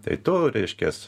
tai tu reiškias